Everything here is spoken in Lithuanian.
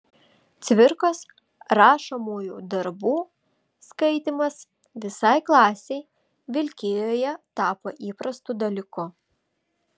cvirkos rašomųjų darbų skaitymas visai klasei vilkijoje tapo įprastu dalyku